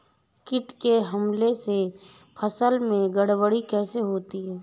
कीट के हमले से फसल में गड़बड़ी कैसे होती है?